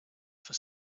for